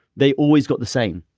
they always got the same.